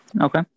Okay